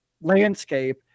landscape